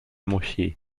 moschee